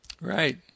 Right